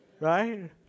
Right